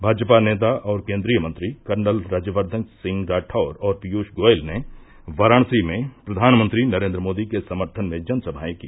भाजपा नेता और केन्द्रीय मंत्री कर्नल राज्यव्धन सिंह राठौर और पीयूष गोयल ने वाराणसी में प्रधानमंत्री नरेन्द्र मोदी के समर्थन में जनसभायें की